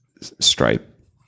Stripe